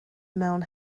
mewn